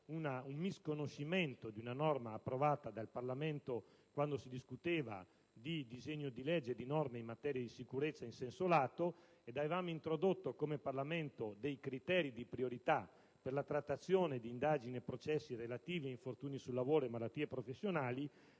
il misconoscimento di una norma approvata dal Parlamento quando si discusse del disegno di legge in materia di sicurezza in senso lato. Avevamo infatti introdotto criteri di priorità per la trattazione di indagini e processi relativi agli infortuni sul lavoro e alle malattie professionali,